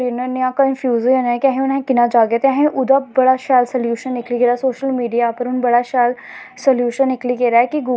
लोक सोचदे कि अज्ज बनौटी अज्ज जाएगें दुकान पे और दस रिपय की दूध की थैल्ली लाएं गे उस दुद्द दी थैल्ली च पेदे कैमिकल